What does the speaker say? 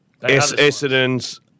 Essendon's